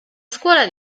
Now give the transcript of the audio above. scuola